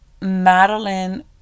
Madeline